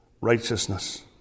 righteousness